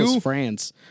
france